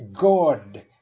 God